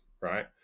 right